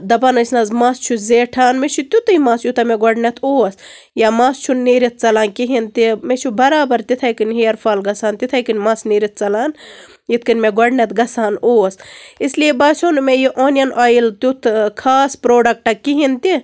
دپان ٲسۍ نہ حظ مَس چھُ زیٹھان مےٚ چھُ تیُتٕے مَس یوٗتاہ مےٚ اوس یا مَس چھُنہٕ نِیٖرِتھ ژلان کِہیٖنی تہِ مےٚ چھُ برابر تِتھے کٔنۍ ہیرفال گژھان تِتھے کٔنۍ مَس نِیرِتھ ژلان یِتھ کٔنۍ مےٚ گۄڈٕنٮ۪تھ گژھان اوس اس لیے باسیو نہٕ مےٚ یہِ اونیَن اویِل تیُتھ خاص پروڈکٹہ کِہیٖنۍ تہِ